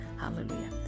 Hallelujah